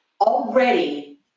already